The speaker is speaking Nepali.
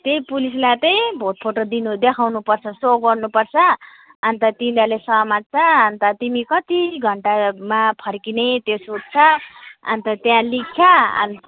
त्यही पुलिसलाई चाहिँ भोट फोटो दिनु देखाउनुपर्छ सो गर्नुपर्छ अनि त तिनीहरूले समात्छ अनि त तिमी कति घन्टामा फर्किने त्यो सोध्छ अनि त त्यहाँ लिख्छ अन्